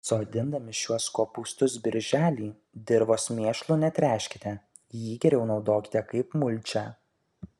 sodindami šiuos kopūstus birželį dirvos mėšlu netręškite jį geriau naudokite kaip mulčią